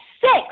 six